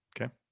Okay